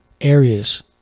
areas